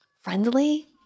friendly